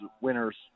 winners